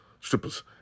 strippers